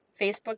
Facebook